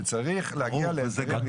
שצריך להגיע להסדר.